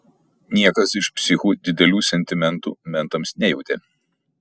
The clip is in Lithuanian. niekas iš psichų didelių sentimentų mentams nejautė